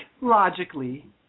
logically